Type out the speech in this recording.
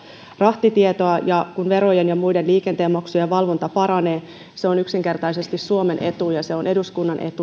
rahtitietoa ja kun verojen ja muiden liikenteen maksujen valvonta paranee se on yksinkertaisesti suomen etu ja se on eduskunnan etu ja